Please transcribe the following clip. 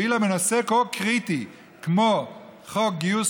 ואילו בנושא כה קריטי כמו חוק גיוס